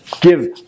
give